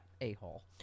a-hole